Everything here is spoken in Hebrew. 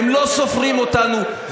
הם לא סופרים אותנו.